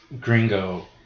Gringo